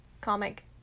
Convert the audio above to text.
comic